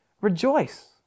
Rejoice